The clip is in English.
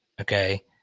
Okay